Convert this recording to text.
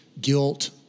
guilt